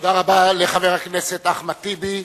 תודה רבה לחבר הכנסת אחמד טיבי.